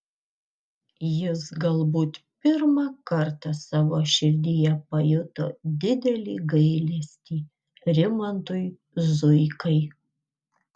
jis galbūt pirmą kartą savo širdyje pajuto didelį gailestį rimantui zuikai